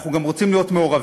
אנחנו גם רוצים להיות מעורבים,